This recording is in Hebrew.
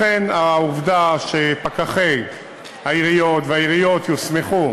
לכן, העובדה שפקחי העיריות והעיריות יוסמכו